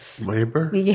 labor